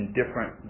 different